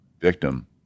victim